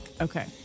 Okay